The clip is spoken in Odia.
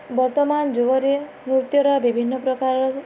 ବର୍ତ୍ତମାନ ଯୁଗରେ ନୃତ୍ୟର ବିଭିନ୍ନପ୍ରକାର